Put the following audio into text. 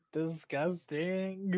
disgusting